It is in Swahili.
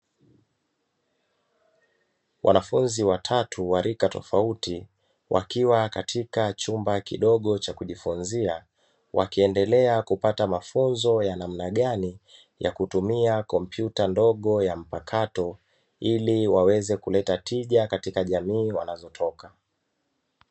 Wanafunzi watatu wa rika tofauti wakiwa katika chumba kidogo cha kujifunzia wakiendelea kupata mafunzo ya namna gani ya kutumia kompyuta ndogo ya mpakato, ili waweze kuleta tija katika jamii wanazotoka.